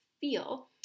feel